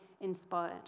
inspired